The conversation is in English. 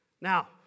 Now